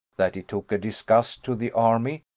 that he took a disgust to the army,